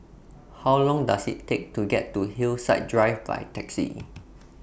How Long Does IT Take to get to Hillside Drive By Taxi